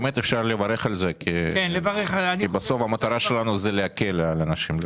באמת אפשר לברך על זה כי בסוף המטרה שלנו זה להקל על אנשים.